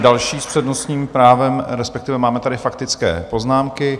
Další s přednostním právem respektive máme tady faktické poznámky.